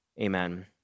Amen